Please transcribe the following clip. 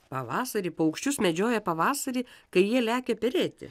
pavasarį paukščius medžioja pavasarį kai jie lekia perėti